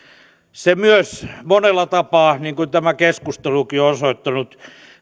se myös monella tapaa niin kuin tämä keskustelukin on osoittanut